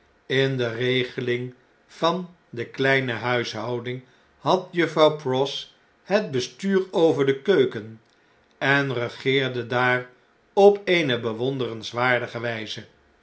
in de regeling van de kleine huishouding had juffrouw pross het bestuur over de keuken en regeerde daar op eene bewonderenswaardige wijze